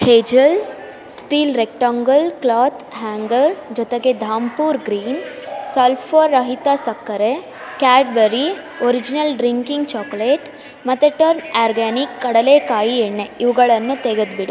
Hazel steel rectangle cloth hanger ಜೊತೆಗೆ Dhampur green sulphur ರಹಿತ ಸಕ್ಕರೆ ಕ್ಯಾಡ್ಬರಿ ಒರಿಜಿನಲ್ ಡ್ರಿಂಕಿಂಗ್ ಚಾಕೊಲೇಟ್ ಮತ್ತೆ ಟರ್ನ್ ಆರ್ಗ್ಯಾನಿಕ್ ಕಡಲೇಕಾಯಿ ಎಣ್ಣೆ ಇವುಗಳನ್ನು ತೆಗೆದ್ಬಿಡು